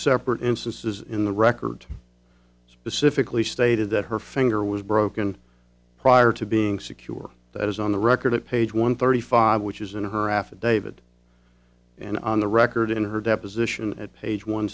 separate instances in the record specifically stated that her finger was broken prior to being secure that is on the record at page one thirty five which is in her affidavit and on the record in her deposition at page one